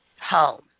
home